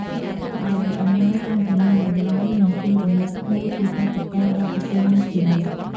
នេះធ្វើឲ្យអំណោយកាន់តែមានតម្លៃ និងជួយរំឭកភ្ញៀវពីព្រឹត្តិការណ៍ដ៏ពិសេសនោះជានិច្ច។